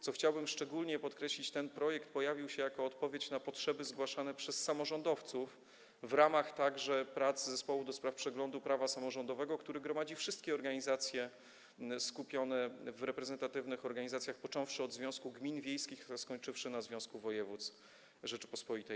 Chciałbym szczególnie podkreślić to, że ten projekt stanowi odpowiedź na potrzeby zgłaszane przez samorządowców w ramach także prac zespołu do spraw przeglądu prawa samorządowego, który gromadzi wszystkie organizacje skupione w reprezentatywnych organizacjach, począwszy od Związków Gmin Wiejskich RP, a skończywszy na Związku Województw RP.